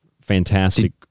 fantastic